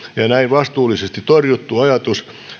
ja näin vastuullisesti torjuttu ajatus